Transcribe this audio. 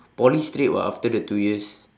poly straight [what] after the two years